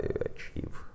achieve